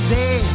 day